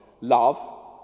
Love